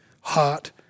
hot